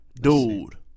Dude